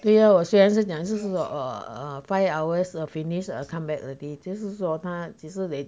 对呀我虽然是讲就是说 oh err five hours a finished a come back the day 就是说他即使得